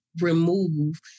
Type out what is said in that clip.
remove